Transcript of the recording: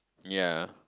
ya